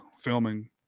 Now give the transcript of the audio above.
filming